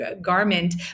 garment